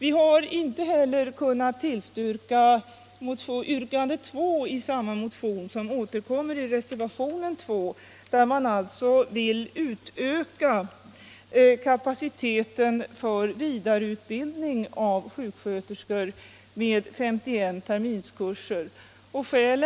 Inte heller har vi kunnat tillstyrka det andra yrkandet i samma motion, "vilket återkommer i reservationen 2, där man vill utöka kapaciteten för vidareutbildning av sjuksköterskor med 51 terminskurser. Skälen härför är.